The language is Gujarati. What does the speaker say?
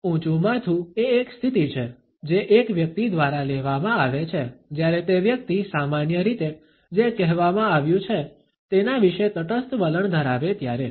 ઊંચું માથું એ એક સ્થિતિ છે જે એક વ્યક્તિ દ્વારા લેવામાં આવે છે જ્યારે તે વ્યક્તિ સામાન્ય રીતે જે કહેવામાં આવ્યુ છે તેના વિશે તટસ્થ વલણ ધરાવે ત્યારે